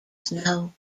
snow